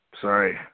Sorry